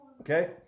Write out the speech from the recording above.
okay